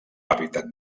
hàbitat